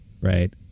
right